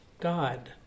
God